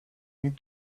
need